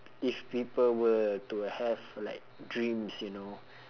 if people were to have like dreams you know